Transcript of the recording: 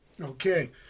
Okay